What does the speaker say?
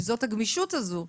זאת הגמישות הזאת.